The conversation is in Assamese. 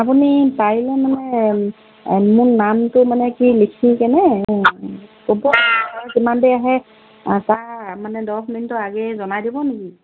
আপুনি পাৰিলে মানে মোৰ নামটো মানে কি লিখি কেনে ক'ব কিমান দেৰিত আহে তাৰ মানে দহ মিনিট আগেয়ে জনাই দিব নেকি